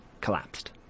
collapsed